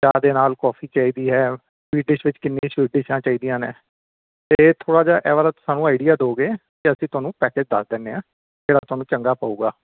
ਚਾਹ ਦੇ ਨਾਲ ਕੌਫੀ ਚਾਹੀਦੀ ਹੈ ਸਵੀਟ ਡਿਸ਼ ਵਿੱਚ ਕਿੰਨੀਆਂ ਸਵੀਟ ਡਿਸ਼ਾਂ ਚਾਹੀਦੀਆਂ ਨੇ ਅਤੇ ਥੋੜ੍ਹਾ ਜਿਹਾ ਇਹ ਵਾਲਾ ਸਾਨੂੰ ਆਈਡੀਆ ਦਿਓਗੇ ਤਾਂ ਅਸੀਂ ਤੁਹਾਨੂੰ ਪੈਕੇਜ ਦੱਸ ਦਿੰਦੇ ਹਾਂ ਕਿਹੜਾ ਤੁਹਾਨੂੰ ਚੰਗਾ ਪਊਗਾ